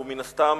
הוא מן הסתם